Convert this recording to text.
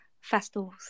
festivals